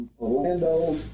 Orlando